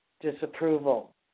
disapproval